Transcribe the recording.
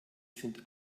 sind